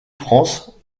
france